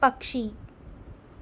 పక్షి